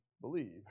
believe